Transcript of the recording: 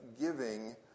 giving